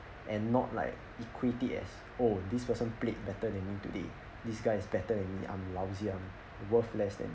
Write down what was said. and not like equate it as oh this person played better than me today this guy is better than me I'm lousy I'm worth less than